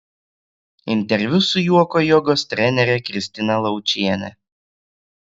interviu su juoko jogos trenere kristina laučiene